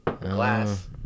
Glass